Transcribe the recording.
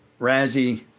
Razzie